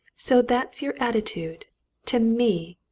so that's your attitude to me!